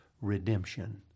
redemption